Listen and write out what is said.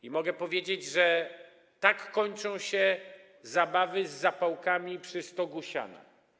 I mogę powiedzieć, że tak kończą się zabawy z zapałkami przy stogu siana.